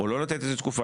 או לא לתת איזה תקופה.